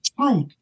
truth